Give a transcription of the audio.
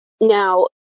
Now